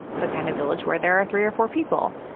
the kind of village where there are three or four people.